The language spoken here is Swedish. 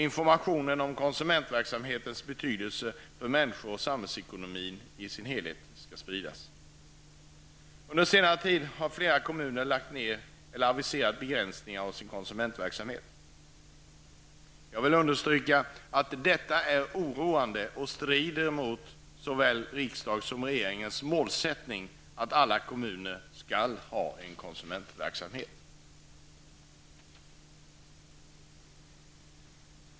Information om konsumentverksamhetens betydelse för människor och samhällsekonomin i dess helhet skall spridas. Under senare tid har flera kommuner lagt ned eller aviserat begränsningar av sin konsumentverksamhet. Det är oroande och strider mot såväl riksdagens som regeringens målsättning att alla kommuner skall ha konsumentverksamhet.